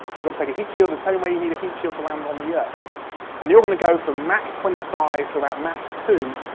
you've got to take a heat shield the same way you need a heat shield to land on the earth and you're going to go from mach twenty five to about mach two,